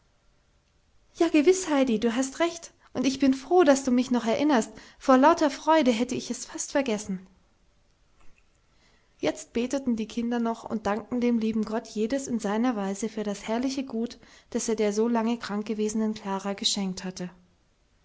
ja gewiß heidi du hast recht und ich bin froh daß du mich noch erinnerst vor lauter freude hätte ich es fast vergessen jetzt beteten die kinder noch und dankten dem lieben gott jedes in seiner weise für das herrliche gut das er der so lange krank gewesenen klara geschenkt hatte